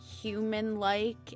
human-like